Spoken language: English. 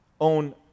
own